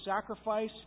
sacrifice